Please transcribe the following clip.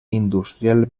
industrial